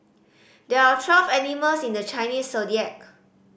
there are twelve animals in the Chinese Zodiac